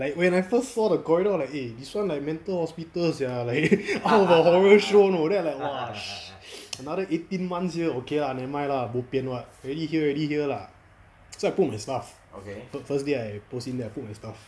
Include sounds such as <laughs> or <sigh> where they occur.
like when I first saw the corridor eh this [one] like mental hospital sia <laughs> like horror show know then I like !wah! shit <noise> another eighteen months here okay lah never mind lah bo pian [what] already here already here lah so I put my stuff first first day I post in then I put stuff